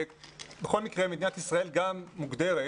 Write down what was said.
בכל מקרה מדינת ישראל גם מוגדרת